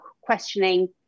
questioning